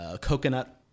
coconut